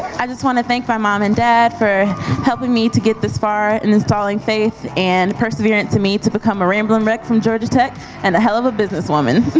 i just want to thank my mom and dad for helping me to get this far and installing faith and perseverance in me to become a ramblin' wreck from georgia tech and a hell of a businesswoman.